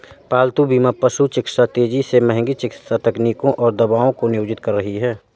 पालतू बीमा पशु चिकित्सा तेजी से महंगी चिकित्सा तकनीकों और दवाओं को नियोजित कर रही है